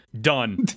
done